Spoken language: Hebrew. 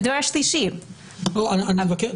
אני מבקש,